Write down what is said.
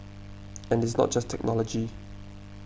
and it's not just technology